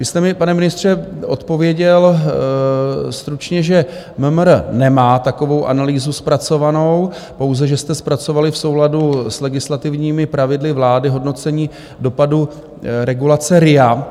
Vy jste mi, pane ministře, odpověděl stručně, že MMR nemá takovou analýzu zpracovanou, pouze že jste zpracovali v souladu s legislativními pravidly vlády hodnocení dopadu regulace RIA.